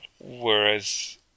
Whereas